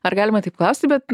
ar galima taip klausti bet